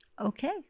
Okay